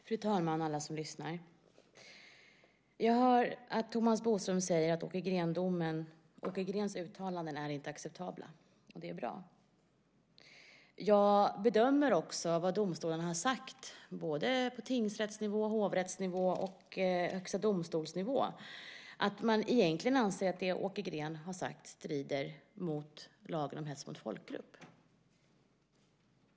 Fru talman och alla som lyssnar! Jag hör att Thomas Bodström säger att Åke Greens uttalanden inte är acceptabla, och det är bra. Jag bedömer också vad domstolarna har sagt på tingsrättsnivå, hovrättsnivå och Högsta domstolsnivå. Man anser egentligen att det Åke Green har sagt strider mot lagen om hets mot folkgrupp.